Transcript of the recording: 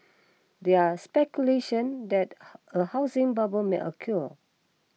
there speculation that a housing bubble may occur